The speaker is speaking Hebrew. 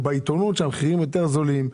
ובעיתונות שהמחירים בה יותר זולים.